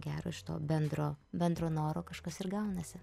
gero iš to bendro bendro noro kažkas ir gaunasi